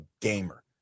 gamer